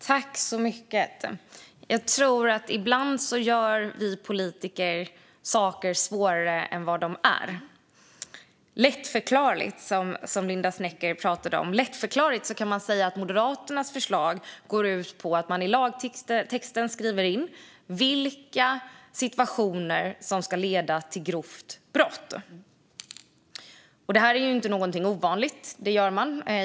Herr talman! Ibland gör vi politiker saker svårare än de är. Lättförklarligt, sa Linda Snecker, och lättförklarligt går Moderaternas förslag ut på att man i lagtexten skriver in vad som krävs för att det ska utgöra grovt brott. Detta är inget ovanligt.